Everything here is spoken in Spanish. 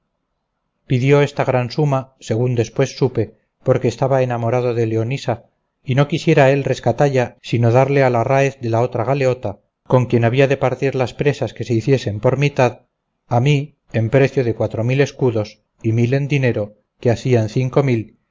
pidió esta gran suma según después supe porque estaba enamorado de leonisa y no quisiera él rescatalla sino darle al arráez de la otra galeota con quien había de partir las presas que se hiciesen por mitad a mí en precio de cuatro mil escudos y mil en dinero que hacían cinco mil